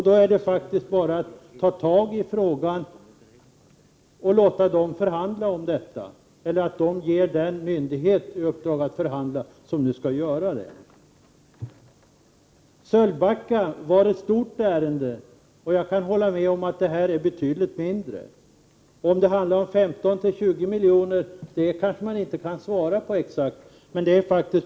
Då är det faktiskt bara att sätta i gång och låta dem förhandla om detta eller låta berörd myndighet förhandla. Sölvbacka strömmar var ett stort ärende, och jag kan hålla med om att det ärende vi nu diskuterar är betydligt mindre. Om det handlar om 15-20 milj.kr. eller om någon annan summa kanske man inte kan svara på exakt i dag.